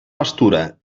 pastura